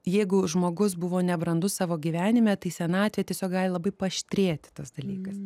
jeigu žmogus buvo nebrandus savo gyvenime tai senatvė tiesiog gali labai paaštrėti tas dalykas